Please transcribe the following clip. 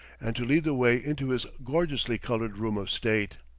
and to lead the way into his gorgeously colored room of state.